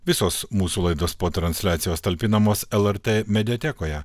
visos mūsų laidos po transliacijos talpinamos lrt mediatekoje